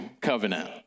covenant